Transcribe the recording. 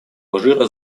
алжира